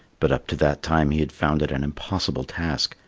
but up to that time he had found it an impossible task,